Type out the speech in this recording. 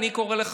אני קורא לך,